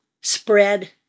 spread